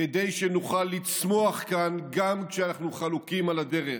כדי שנוכל לצמוח כאן גם כשאנחנו חלוקים על הדרך,